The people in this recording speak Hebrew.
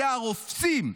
זה הרופסים.